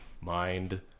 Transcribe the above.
Mind